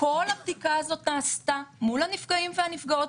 כל הבדיקה הזאת נעשתה מול הנפגעים והנפגעות,